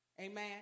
Amen